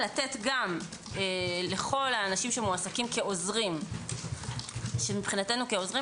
לתת גם לכל האנשים שמועסקים כעוזרים שמבחינתנו כעוזרים,